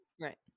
right